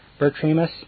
Bertramus